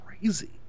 crazy